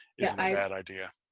yeah. bad idea.